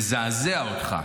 תדע לך,